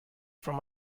from